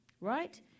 Right